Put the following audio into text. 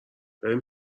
بریم